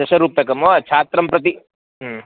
दशरूप्यकं वा छात्रं प्रति